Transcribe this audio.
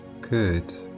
Good